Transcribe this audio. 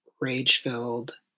rage-filled